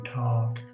talk